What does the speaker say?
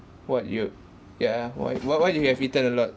what you yeah wha~ what you have eaten a lot